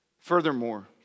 Furthermore